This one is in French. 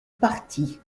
partit